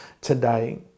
today